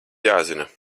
jāzina